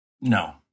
No